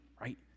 right